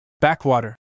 Backwater